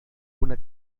una